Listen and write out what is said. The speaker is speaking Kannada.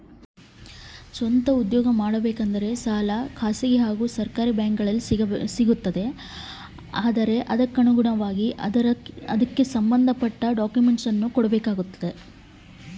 ನಾನು ಏನಾದರೂ ಸ್ವಂತ ಉದ್ಯೋಗ ಮಾಡಬೇಕಂದರೆ ನನಗ ಸಾಲ ಎಲ್ಲಿ ಸಿಗ್ತದರಿ?